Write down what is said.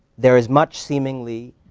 there is much, seemingly,